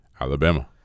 Alabama